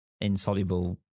insoluble